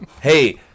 Hey